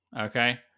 okay